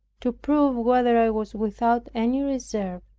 to prove whether i was without any reserve,